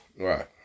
Right